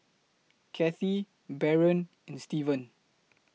Cathey Barron and Steven